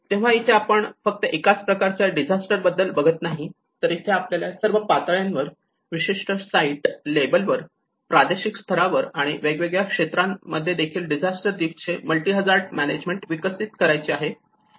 तेव्हा इथे आपण फक्त एकाच प्रकारच्या डिझास्टर बद्दल बघत नाही तर इथे आपल्याला सर्व पातळ्यांवर विशिष्ट साईट लेबलवर प्रादेशिक स्तरावर आणि वेगवेगळ्या क्षेत्रांमध्ये देखील डिझास्टर रिस्क चे मल्टी हझार्ड मॅनेजमेंट विकसित करायचे आहे